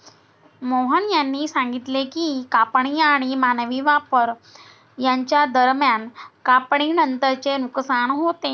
मोहन यांनी सांगितले की कापणी आणि मानवी वापर यांच्या दरम्यान कापणीनंतरचे नुकसान होते